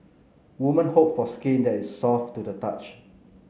woman hope for skin that is soft to the touch